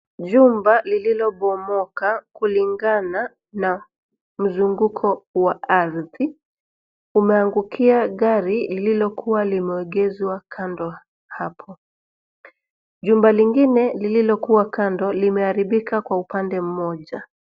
Jumba lililobomoka kulingana na mzunguko wa ardhi umeangukia gari lililokuwa limeegeshwa kando hapo. Jumba lingine lililokuwa kando limeharibika kwa upande mmoja.